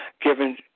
given